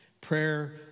Prayer